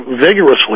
vigorously